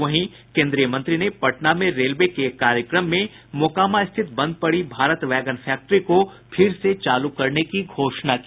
वहीं श्री सिन्हा ने पटना में रेलवे के एक कार्यक्रम में मोकामा स्थित बंद पड़ी भारत वैगन फैक्ट्री को फिर से चालू करने की घोषणा की